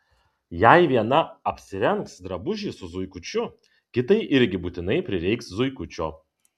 jei viena apsirengs drabužį su zuikučiu kitai irgi būtinai prireiks zuikučio